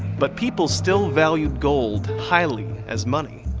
but, people still valued gold highly as money.